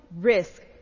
risk